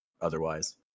otherwise